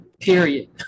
period